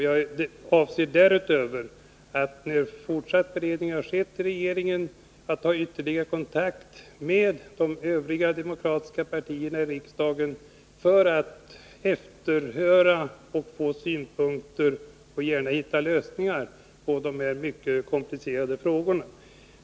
Jag avser att när fortsatt beredning inom regeringskansliet skett ta ytterligare kontakt med de övriga demokratiska partierna i riksdagen för att få synpunkter och gärna hitta lösningar på de här mycket komplicerade frågorna.